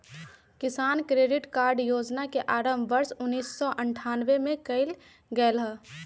किसान credit card योजना के आरंभ वर्ष उन्नीसौ अठ्ठान्नबे में कइल गैले हल